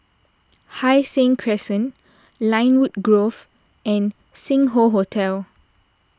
Hai Sing Crescent Lynwood Grove and Sing Hoe Hotel